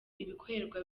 ibikorerwa